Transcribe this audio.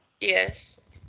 Yes